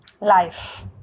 life